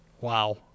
Wow